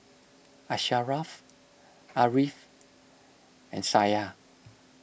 Asharaff Ariff and Syah